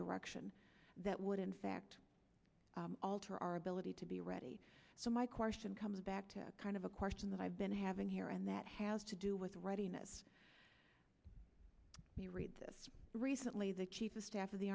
direction that would in fact alter our ability to be ready so my question comes back to kind of a question that i've been having here and that has to do with readiness you read this recently the chief of staff of the